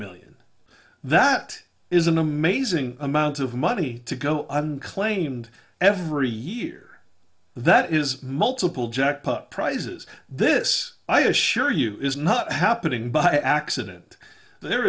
million that is an amazing amount of money to go unclaimed every year that is multiple jackpot prizes this i assure you is not happening by accident there